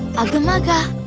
ugga mugga.